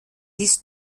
dies